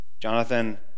Jonathan